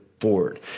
forward